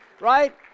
right